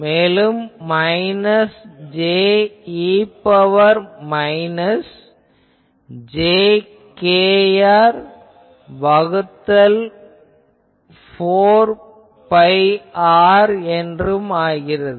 மேலும் minus j e ன் power minus j kr வகுத்தல் 4 phi r என ஆகிறது